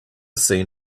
seen